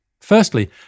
Firstly